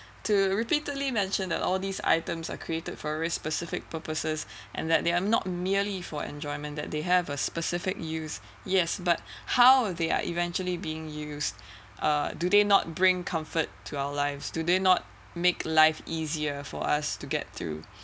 to repeatedly mentioned the all of these items are created for a specific purposes and that they are not merely for enjoyment that they have a specific use yes but how they are eventually being used uh do they not bring comfort to our lives do they not make life easier for us to get through